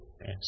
Yes